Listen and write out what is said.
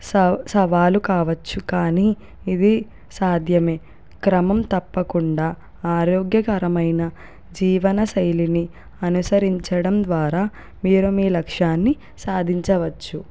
సవా సవాలు కావచ్చు కాని ఇది సాధ్యమే క్రమం తప్పకుండా ఆరోగ్యకరమైన జీవనశైలిని అనుసరించడం ద్వారా మీరు మీ లక్ష్యాన్ని సాధించవచ్చు